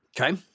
Okay